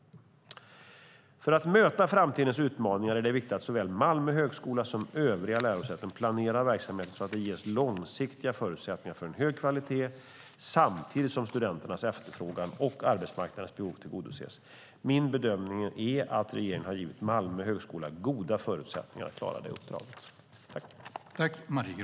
För att möta framtidens utmaningar är det viktigt att såväl Malmö högskola som övriga lärosäten planerar verksamheten så att det ges långsiktiga förutsättningar för hög kvalitet samtidigt som studenternas efterfrågan och arbetsmarknadens behov tillgodoses. Min bedömning är att regeringen har givit Malmö högskola goda förutsättningar att klara det uppdraget.